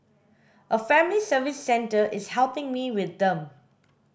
a family service centre is helping me with them